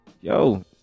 yo